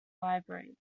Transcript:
library